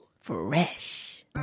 Fresh